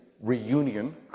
Reunion